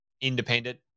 independent